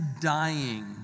dying